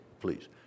please